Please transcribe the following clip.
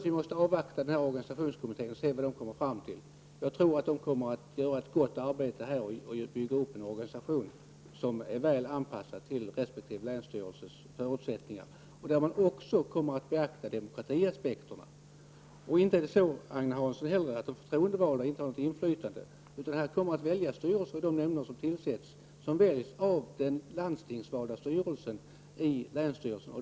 Vi bör avvakta organisationskommittén och se vad den kommer fram till. Jag tror att den kommer att göra ett gott arbete och föreslå en organisation som är väl anpassad till resp. länsstyrelses förutsättningar. Demokratiaspekterna skall naturligtvis också beaktas. Inte är det så, Agne Hansson, att de förtroendevalda inte har något inflytande. Det kommer att väljas styrelser till de nämnder som tillsätts, ledamöterna väljs av den landstingsvalda styrelsen i länsstyrelsen.